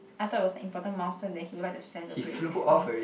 I thought it was an important milestone that he would like to celebrate with me